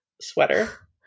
sweater